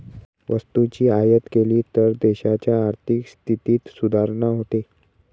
वस्तूची आयात केली तर देशाच्या आर्थिक स्थितीत सुधारणा होते